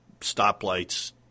stoplights